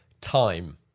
time